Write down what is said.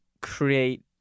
create